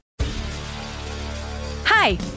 Hi